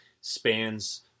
spans